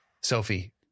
Sophie